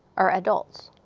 are adults,